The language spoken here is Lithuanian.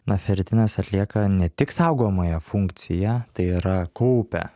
na feritinas atlieka ne tik saugomąją funkciją tai yra kaupia